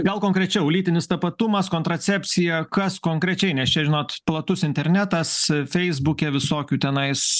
gal konkrečiau lytinis tapatumas kontracepcija kas konkrečiai nes čia žinot platus internetas feisbuke visokių tenais